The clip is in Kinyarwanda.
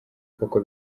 koko